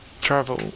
travel